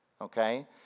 okay